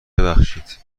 ببخشید